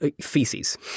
feces